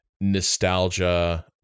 nostalgia